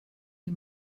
die